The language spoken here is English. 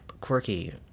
quirky